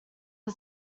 are